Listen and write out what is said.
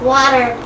Water